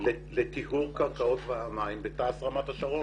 לטיהור קרקעות המים בתע"ש רמת השרון.